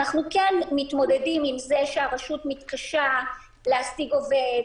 אנחנו כן מתמודדים עם זה שהרשות מתקשה להשיג עובד,